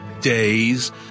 days